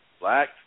black